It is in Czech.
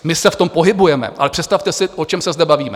My se v tom pohybujeme, ale představte si, o čem se zde bavíme.